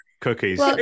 Cookies